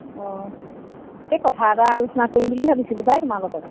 অঁ এই কথা এটা আলোচনা কৰিম বুলি ভাবিছিলোঁ পায় তোমাৰ লগত